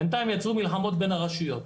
בינתיים יצרו מלחמות בין הרשויות.